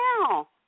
now